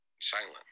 Silent